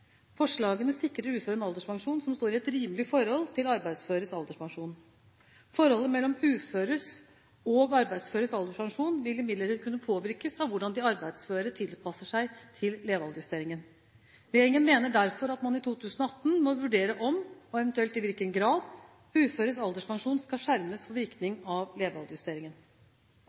sikrer uføre en alderspensjon som står i et rimelig forhold til arbeidsføres alderspensjon. Forholdet mellom uføres og arbeidsføres alderspensjon vil imidlertid kunne påvirkes av hvordan de arbeidsføre tilpasser seg levealdersjusteringen. Regjeringen mener derfor at man i 2018 må vurdere om – og eventuelt i hvilken grad – uføres alderspensjon skal skjermes for virkningen av